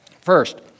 First